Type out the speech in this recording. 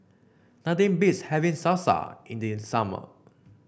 nothing beats having Salsa in the summer